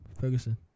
Ferguson